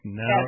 no